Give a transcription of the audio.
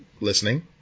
listening